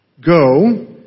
go